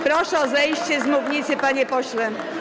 Proszę o zejście z mównicy, panie pośle.